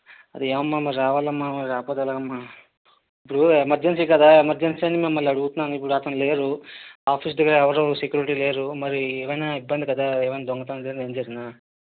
మరి ఏవమ్మా రావాలి అమ్మా రాకపోతే ఎలాగా అమ్మా ఇప్పుడు ఎమర్జెన్సీ కదా ఎమర్జెన్సీ అని మిమ్మల్ని అడుగుతున్నాను ఇప్పుడు అతను లేరు ఆఫీసు దగ్గర ఎవరు సెక్యూరిటీ లేరు మరి ఏవైనా ఇబ్బంది కదా ఏవైనా దొంగతనం జరిగినా ఏం జరిగినా